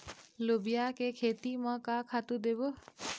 लोबिया के खेती म का खातू देबो?